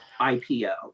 IPO